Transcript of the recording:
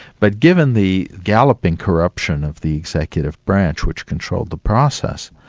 but given the galloping corruption of the executive branch, which controlled the process,